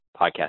podcast